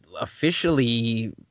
officially